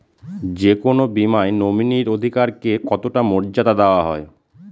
যে কোনো বীমায় নমিনীর অধিকার কে কতটা মর্যাদা দেওয়া হয়?